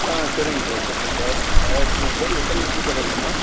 ஆ சரிங்க சார் சரிங்க சார் அடிச்சுக்கிடலாம் சார் எத்தனை லிட்ரு சார் அடிக்கணும்